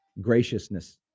graciousness